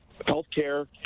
healthcare